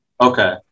okay